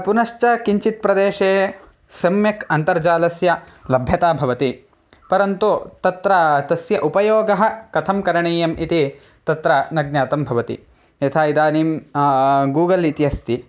पुनश्च किञ्चित् प्रदेशे सम्यक् अन्तर्जालस्य लभ्यता भवति परन्तु तत्र तस्य उपयोगः कथं करणीयम् इति तत्र न ज्ञातं भवति यथा इदानीं गूगल् इति अस्ति